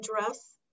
address